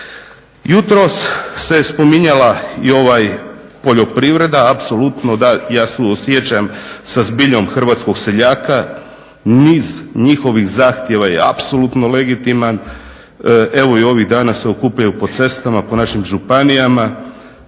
Jutros se spominjala i ovaj poljoprivreda, apsolutno da ja suosjećam sa zbiljom Hrvatskog seljaka, niz njihovih zahtjeva je apsolutno legitiman, evo i ovih dana se okupljaju po cestama, po našim županijama,